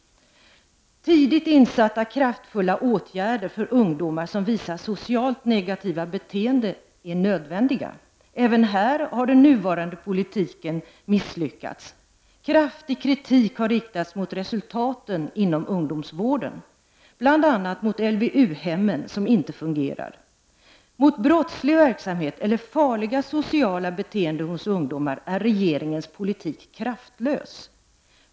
Tidigt insatta kraftfulla åtgärder för ungdomar som visar socialt negativa beteenden är nödvändiga. Även här har den nuvarande politiken misslyckats. Kraftig kritik har riktats mot resultaten inom ungdomsvården, bl.a. mot LVU-hemmen som inte fungerar. Mot brottslig verksamhet eller farliga sociala beteenden hos ungdomar är regeringens politik kraftlös.